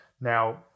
Now